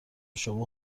شما